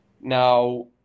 Now